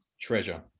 treasure